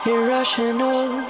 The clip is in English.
Irrational